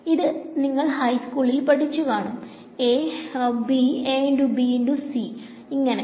ഇത് നിങ്ങൾ ഹൈസ്കൂളിൽ പഠിച്ചു കാണും ഇങ്ങനെ